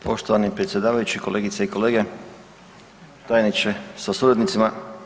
Poštovani predsjedavajući, kolegice i kolege, tajniče sa suradnicima.